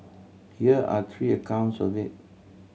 here are three accounts of it